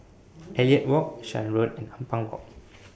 Elliot Walk Shan Road and Ampang Walk